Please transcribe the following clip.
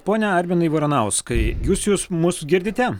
pone arminai varanauskai jūs jūs mus girdite